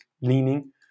leaning